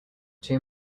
two